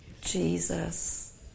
Jesus